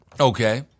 Okay